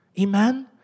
Amen